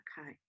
Okay